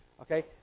Okay